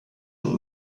und